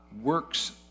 works